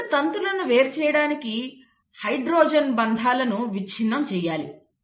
రెండు తంతులను వేరుచేయడానికి హైడ్రోజన్ బంధాలను విచ్ఛిన్నం అవ్వాలి